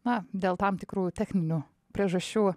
na dėl tam tikrų techninių priežasčių